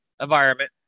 environment